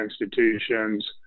institutions